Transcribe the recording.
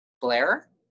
Blair